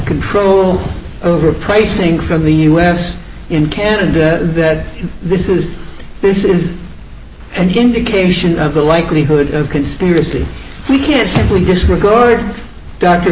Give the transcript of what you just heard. control over pricing from the u s in canada that this is this is an indication of the likelihood of conspiracy we can simply disregard dr